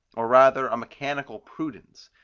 or rather a mechanical prudence,